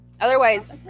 Otherwise